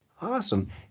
Awesome